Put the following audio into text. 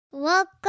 Welcome